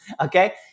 okay